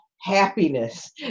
happiness